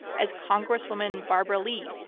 as congresswoman barbara lee,